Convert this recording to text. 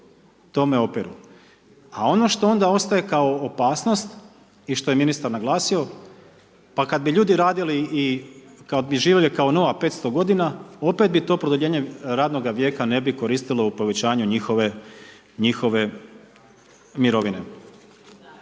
tome opiru. A one što onda ostaje kao opasnost i što je ministar naglasio pa kad bi ljudi radili i kad bi živjeli kao Noa 500 godina opet bi to produljenje radnoga vijeka ne bi koristilo u povećanju njihove mirovine.